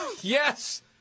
Yes